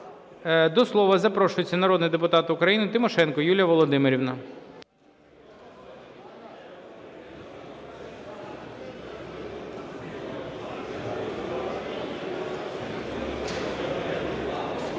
До слова запрошується народний депутат України Тимошенко Юлія Володимирівна.